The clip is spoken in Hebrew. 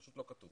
פשוט לא כתוב.